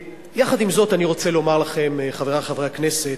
יחד עם זאת, אני רוצה לומר לכם, חברי חברי הכנסת,